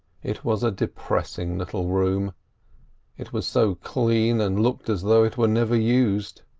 it was a depressing little room it was so clean, and looked as though it were never used.